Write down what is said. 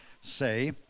say